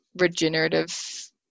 regenerative